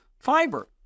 fiber